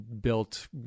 built